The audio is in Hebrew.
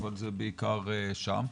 אבל זה בעיקר שם.